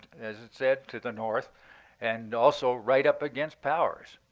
as it said, to the north and also right up against powers.